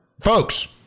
Folks